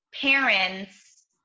parents